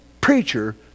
preacher